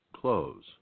close